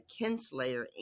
kinslayer